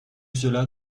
cela